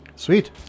Sweet